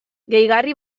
gehigarri